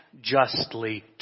justly